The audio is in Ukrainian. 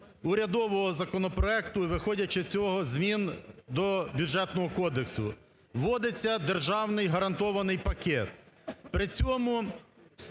Дякую.